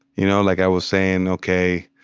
you know, like i was saying, okay,